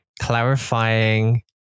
clarifying